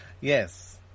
yes